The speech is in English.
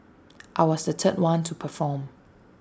I was the third one to perform